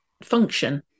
function